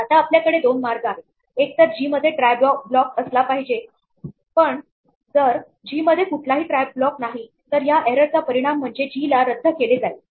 आता आपल्याकडे दोन मार्ग आहेत एक तर जी मध्ये ट्राय ब्लॉक असला पाहिजे पण जर जी मध्ये कुठलाही ट्राय ब्लॉक नाही तर या एरर चा परिणाम म्हणजे जी ला रद्द केले जाईल